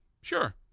sure